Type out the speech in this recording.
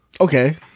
Okay